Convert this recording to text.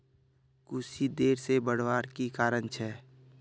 कुशी देर से बढ़वार की कारण छे?